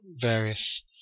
various